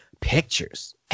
pictures